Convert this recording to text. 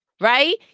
right